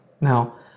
Now